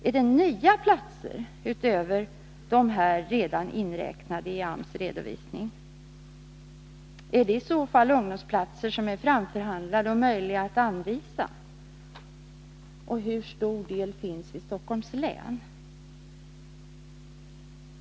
Är det nya platser utöver dem som redan är inräknade i AMS redovisning? Är det i så fall ungdomsplatser som är framförhandlade och möjliga att anvisa? Hur stor del finns i Stockholms län?